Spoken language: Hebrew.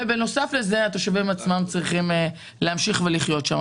ובנוסף לכך התושבים צריכים להמשיך ולחיות שם,